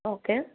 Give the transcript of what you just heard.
okay